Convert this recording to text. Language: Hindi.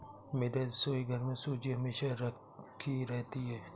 मेरे रसोईघर में सूजी हमेशा राखी रहती है